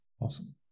Awesome